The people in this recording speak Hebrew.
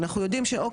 וחשוב להגיד,